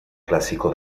clásico